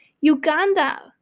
Uganda